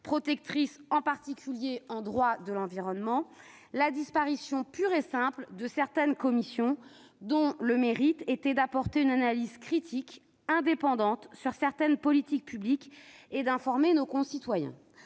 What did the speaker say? protectrices, en particulier en droit de l'environnement, la disparition pure et simple de certaines commissions ayant le mérite d'apporter une analyse critique indépendante de certaines politiques publiques et d'informer nos concitoyens,